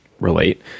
relate